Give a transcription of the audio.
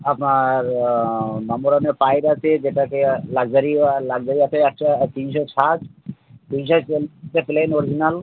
আপনার আর নাম্বার ওয়ানের পাইট আছে যেটাকে লাক্সারি লাক্সারিও আছে একশো তিনশো ষাট প্লেন অরিজিনাল